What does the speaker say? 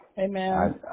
Amen